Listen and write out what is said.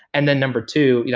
and then number two, you know